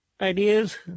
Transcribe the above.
ideas